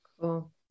Cool